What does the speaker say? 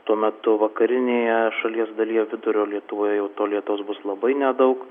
tuo metu vakarinėje šalies dalyje vidurio lietuvoje jau to lietaus bus labai nedaug